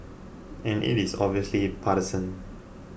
and it is obviously partisan